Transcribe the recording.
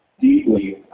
deeply